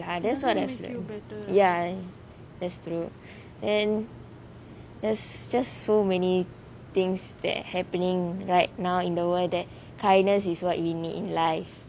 ya that's what I feel ya that's true and there's just so many things that are happening right now in the world that kindness is what we need in life